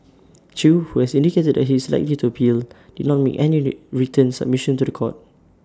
chew who has indicated that he is likely to appeal did not make any written submission to The Court